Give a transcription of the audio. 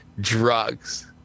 drugs